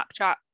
snapchat